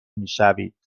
میشوید